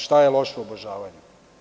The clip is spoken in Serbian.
Šta je loše u obožavanju?